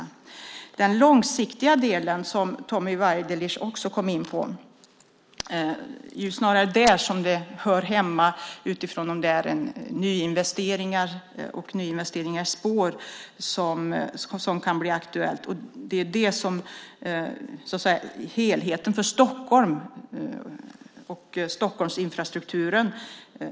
Det är snarare i den långsiktiga delen, som Tommy Waidelich också kom in på, som nyinvesteringar, till exempel i spår, kan bli aktuellt. Då gäller det helheten för infrastrukturen i Stockholm.